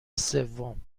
سوم